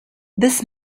this